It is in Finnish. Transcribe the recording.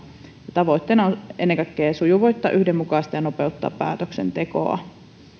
tavoitteena on ennen kaikkea sujuvoittaa yhdenmukaistaa ja nopeuttaa päätöksentekoa